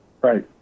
Right